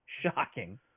shocking